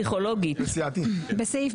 הסתייגות 3,